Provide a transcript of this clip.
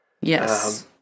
Yes